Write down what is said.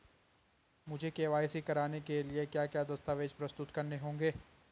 मुझे के.वाई.सी कराने के लिए क्या क्या दस्तावेज़ प्रस्तुत करने होंगे?